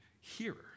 hearer